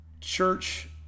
church